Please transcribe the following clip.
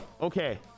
okay